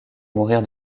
mourir